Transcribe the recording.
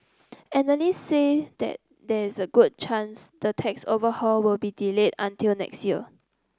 analyst say there there is a good chance the tax overhaul will be delayed until next year